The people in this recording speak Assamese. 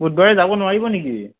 বুধবাৰে যাব নোৱাৰিব নেকি